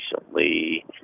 recently